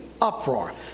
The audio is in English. uproar